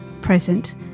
present